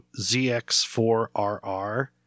ZX4RR